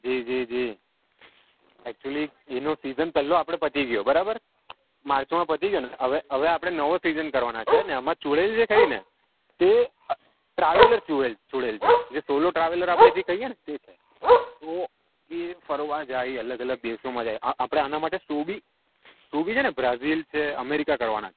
જી જી જી એકચુંલી એનું સિઝન પહેલું આપણે પતી ગયું બરાબર માર્ચમાં પતી ગયું ને હવે હવે આપણે સિઝન કરવાના છીએ ને આમાં ચૂડેલ જે ખરી ને તે ટ્રાવેલર ચૂડેલ છે જે સોલો ટ્રાવેલર આપણે જે કહીએ ને તે છે તો એ ફરવા જાય અલગ અલગ દેશોમાં જાય આપણે આના માટે શો બી શો બી છે ને બ્રાઝિલ છે અમેરિકા કરવાના છે